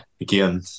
again